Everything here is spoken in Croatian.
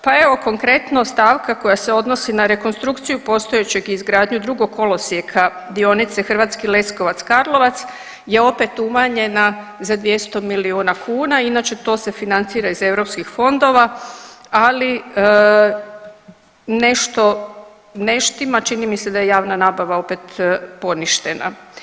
Pa evo konkretno stavka koja se odnosi na rekonstrukciju postojećeg i izgradnju drugog kolosijeka dionice Hrvatski Leskovac-Karlovac je opet umanjena za 200 milijuna kuna, inače to se financira iz europskih fondova, ali nešto ne štima, čini mi se da je javna nabava opet poništena.